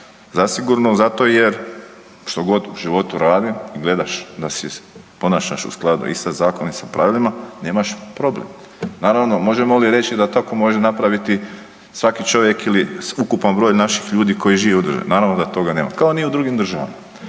Zasigurno zato jer što god u životu radim i gledaš da se ponašaš u skladu i sa zakonima i sa pravilima, nemaš problem. Naravno možemo li reći da tako može napraviti svaki čovjek ili ukupan broj naših ljudi koji žive u državi? Naravno da toga nema kao ni u drugim državama.